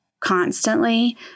Constantly